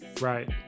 right